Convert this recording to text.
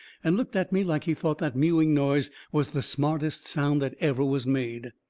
and looked at me like he thought that mewing noise was the smartest sound that ever was made.